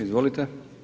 Izvolite.